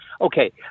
Okay